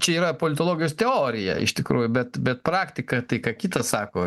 čia yra politologas teorija iš tikrųjų bet bet praktika tai ką kita sako